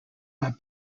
are